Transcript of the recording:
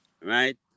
right